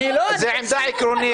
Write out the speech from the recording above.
זו עמדה עקרונית.